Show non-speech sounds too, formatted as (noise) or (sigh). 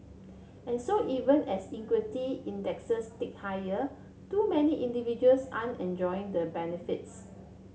and so even as equity (unintelligible) tick higher too many individuals aren't enjoying the benefits